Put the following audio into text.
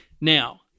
Now